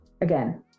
again